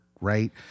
right